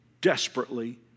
desperately